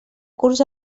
curs